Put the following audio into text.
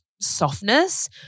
softness